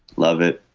love it.